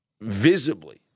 visibly